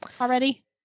already